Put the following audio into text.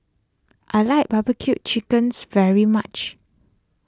I like Barbecue Chicken's very much